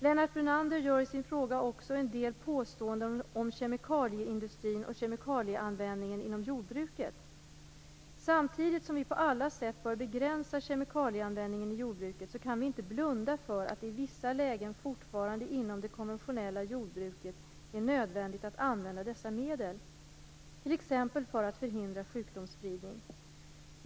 Lennart Brunander har i sin fråga också en del påståenden om kemikalieindustrin och kemikalieanvändningen inom jordbruket. Samtidigt som vi på alla sätt bör begränsa kemikalieanvändningen i jordbruket kan vi inte blunda för att det i vissa lägen fortfarande inom det konventionella jordbruket är nödvändigt att använda dessa medel, t.ex. för att man skall kunna förhindra sjukdomsspridning.